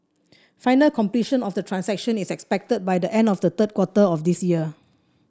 final completion of the transactions is expected by the end of the third quarter of this year